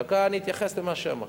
דקה, אני אתייחס למה שאמרת.